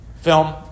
film